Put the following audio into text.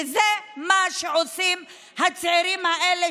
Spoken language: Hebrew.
וזה מה שעושים הצעירים האלה,